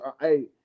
hey